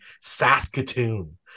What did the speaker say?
Saskatoon